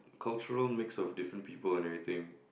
cultural mix of different people and everything